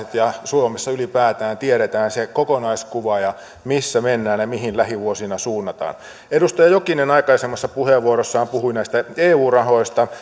tietävät ja suomessa ylipäätään tiedetään se kokonaiskuva missä mennään ja mihin lähivuosina suunnataan edustaja jokinen aikaisemmassa puheenvuorossaan puhui näistä eu rahoista